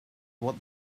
what